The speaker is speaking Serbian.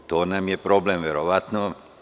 To nam je problem verovatno.